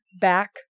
back